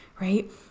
right